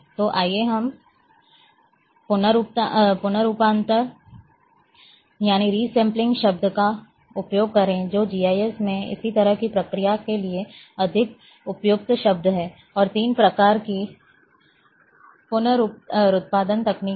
तो आइए हम पुनरुत्पादन शब्द का उपयोग करें जो कि GIS में इस तरह की प्रक्रिया के लिए अधिक उपयुक्त शब्द है और तीन प्रकार की पुनरुत्पादन तकनीकें हैं